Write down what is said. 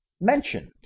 mentioned